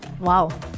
Wow